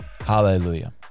Hallelujah